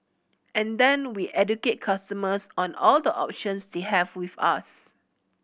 and then we educate customers on all the options they have with us